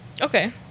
Okay